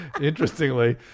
interestingly